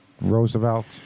Roosevelt